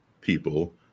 people